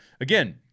again